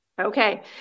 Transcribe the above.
Okay